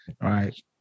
right